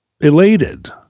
elated